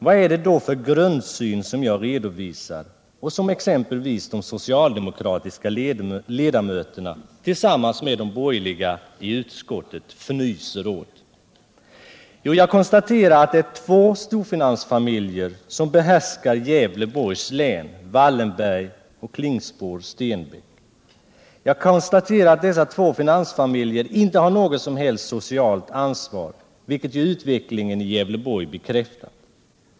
Vad är det då för grundsyn som jag redovisar och som de socialdemokratiska ledamöterna tillsammans med de borgerliga i utskottet fnyser åt? Jo, jag konstaterar att det är två storfinansfamiljer som behärskar Gävleborgs län, Wallenberg och Klingspor-Stenbäck. Jag konstaterar att dessa två finansfamiljer inte har något som helst socialt ansvar, vilket ju utvecklingen i Gävleborg bekräftar.